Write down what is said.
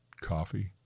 Coffee